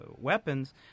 weapons